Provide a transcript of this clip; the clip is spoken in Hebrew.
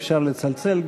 אפשר לצלצל,